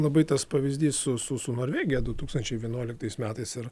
labai tas pavyzdys su su su norvegija du tūkstančiai vienuoliktais metais ir